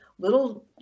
little